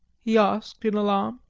he asked, in alarm.